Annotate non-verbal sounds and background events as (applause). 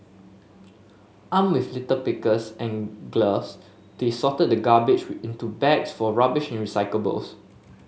armed with litter pickers and gloves they sorted the garbage (unintelligible) into bags for rubbish and recyclables